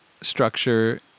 structure